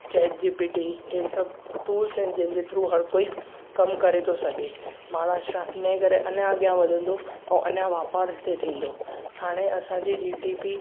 chat G P T इहे सभु tools आहिनि जंहिं जे थ्रू हर कोइ कमु करे थो सघे महाराष्ट्र इनए करे अञा अॻिया वधंदो ऐं अञा व्यापार हिते थींदो हाणे असां जी जी डी पी